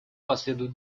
последуют